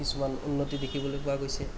কিছুমান উন্নতি দেখিবলৈ পোৱা গৈছে